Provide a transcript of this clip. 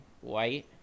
white